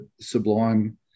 sublime